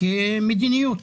כמדיניות